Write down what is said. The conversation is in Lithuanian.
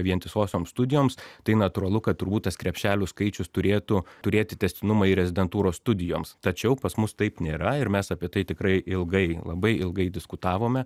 vientisosioms studijoms tai natūralu kad turbūt tas krepšelių skaičius turėtų turėti tęstinumą ir rezidentūros studijoms tačiau pas mus taip nėra ir mes apie tai tikrai ilgai labai ilgai diskutavome